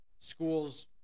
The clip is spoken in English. schools